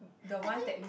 I think